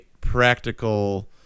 practical